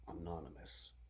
anonymous